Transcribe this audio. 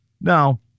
Now